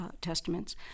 testaments